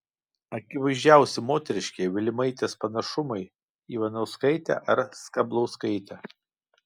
akivaizdžiausi moteriškieji vilimaitės panašumai į ivanauskaitę ar skablauskaitę